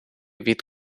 від